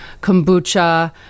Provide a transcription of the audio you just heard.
kombucha